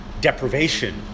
deprivation